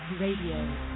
Radio